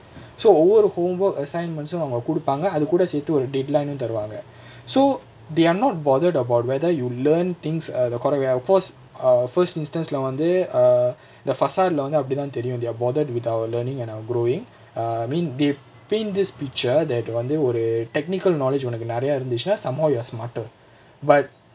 so ஒவ்வொரு:ovvoru homework and assignments uh அவங்க குடுப்பாங்க அது கூட சேத்து ஒரு:avanga kudupaanga athu kooda sethu oru deadline uh தருவாங்க:tharuvaanga so they're not bothered about whether you will learn things the correct way of course first instance leh வந்து:vanthu err the fasal lah வந்து அப்டிதா தெரியும்:vanthu apdithaa theriyum they are bothered with our learning and our growing err I mean they paint this picture that வந்து ஒரு:vanthu oru technical knowledge ஒனக்கு நிறைய இருந்துச்சுனா:onakku niraiyaa irunthuchuna somehow you're smarter but